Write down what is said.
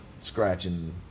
scratching